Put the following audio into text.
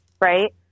right